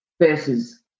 versus